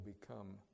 become